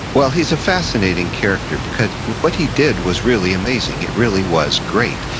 well, he's a fascinating character because what but he did was really amazing, it really was great.